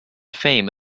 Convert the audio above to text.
fame